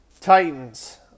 Titans